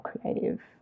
creative